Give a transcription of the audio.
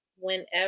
Whenever